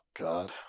god